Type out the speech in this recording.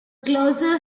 closer